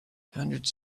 hundreds